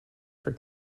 for